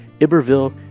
Iberville